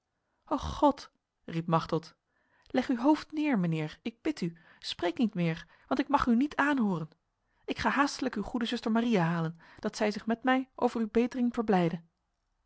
och god riep machteld leg uw hoofd neer mijnheer ik bid u spreek niet meer want ik mag u niet aanhoren ik ga haastelijk uw goede zuster maria halen dat zij zich met mij over uw betering verblijde